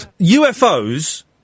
UFOs